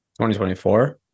2024